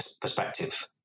perspective